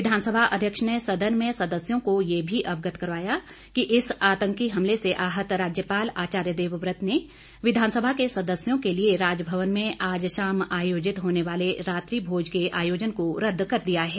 विधानसभा अध्यक्ष ने सदन में सदस्यों को यह भी अवगत करवाया कि इस आंतकी हमले से आहत राज्यपाल आचार्य देवव्रत ने विधानसभा के सदस्यों के लिए राजभवन में आज शाम आयोजित होने वाले रात्रि भोज के आयोजन को रद्द कर दिया है